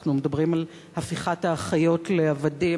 אנחנו מדברים על הפיכת האחיות לעבדים,